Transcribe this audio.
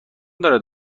دارد